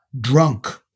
drunk